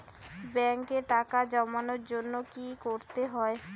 ব্যাংকে টাকা জমানোর জন্য কি কি করতে হয়?